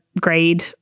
grade